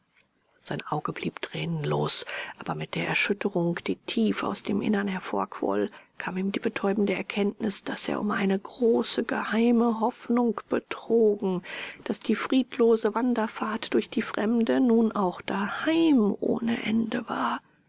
sein auge blieb tränenlos aber mit der erschütterung die tief aus dem innern hervorquoll kam ihm die betäubende erkenntnis daß er um eine große geheime hoffnung betrogen daß die friedlose wanderfahrt durch die fremde nun auch daheim ohne ende war